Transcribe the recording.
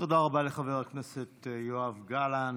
תודה רבה לחבר הכנסת יואב גלנט.